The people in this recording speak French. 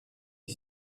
est